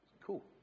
Cool